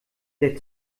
der